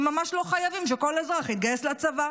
שממש לא חייבים שכל אזרח יתגייס לצבא.